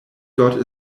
god